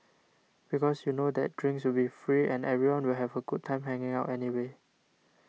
because you know that drinks will be free and everyone will have a good time hanging out anyway